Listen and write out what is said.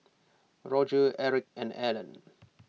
Roger Erick and Ellen